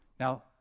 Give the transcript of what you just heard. Now